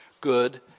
good